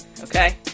okay